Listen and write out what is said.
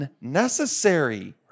unnecessary